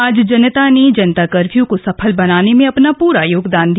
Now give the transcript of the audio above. आम जनता ने जनता कर्फ्यू को सफल बनाने में अपना पूरा योगदान दिया